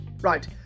Right